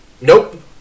Nope